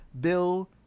Bill